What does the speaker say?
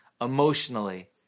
emotionally